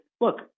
look